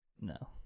no